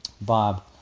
Bob